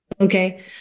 Okay